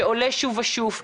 שעולה שוב ושוב,